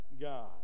God